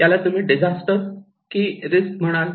याला तुम्ही डिजास्टर की रिस्क म्हणाल